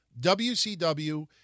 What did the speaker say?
WCW